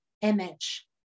image